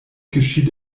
geschieht